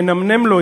מנמנם לו,